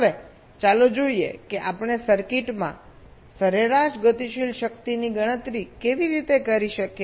હવે ચાલો જોઈએ કે આપણે સર્કિટમાં સરેરાશ ગતિશીલ શક્તિની ગણતરી કેવી રીતે કરી શકીએ